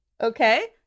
Okay